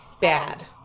Bad